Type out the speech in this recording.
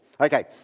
Okay